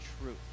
truth